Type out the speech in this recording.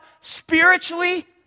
spiritually